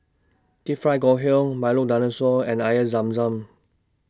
Deep Fried Ngoh Hiang Milo Dinosaur and Air Zam Zam